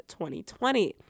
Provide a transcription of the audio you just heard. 2020